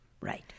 Right